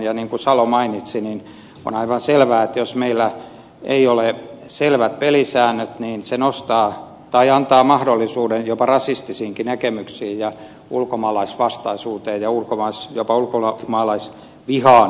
petri salo mainitsi on aivan selvää että jos meillä ei ole selvät pelisäännöt niin se antaa mahdollisuuden jopa rasistisiinkin näkemyksiin ja ulkomaalaisvastaisuuteen ja jopa ulkomaalaisvihaan